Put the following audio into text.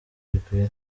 gikwiye